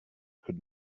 could